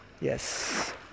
Yes